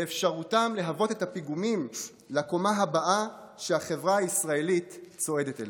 באפשרותם להוות את הפיגומים לקומה הבאה שהחברה הישראלית צועדת אליה,